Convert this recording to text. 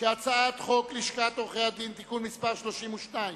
חוק לשכת עורכי-הדין (תיקון מס' 32)